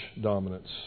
dominance